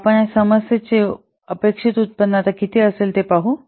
तर आपण या समस्येचे अपेक्षित उत्पन्न आता किती असेल हे पाहू